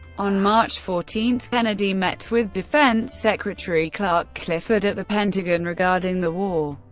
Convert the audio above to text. on march fourteen, kennedy met with defense secretary clark clifford at the pentagon regarding the war.